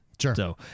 Sure